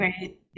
Right